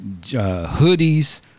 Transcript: hoodies